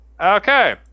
Okay